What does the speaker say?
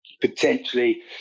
Potentially